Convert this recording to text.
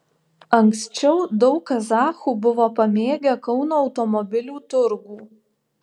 anksčiau daug kazachų buvo pamėgę kauno automobilių turgų